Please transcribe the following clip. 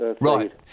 Right